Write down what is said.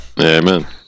Amen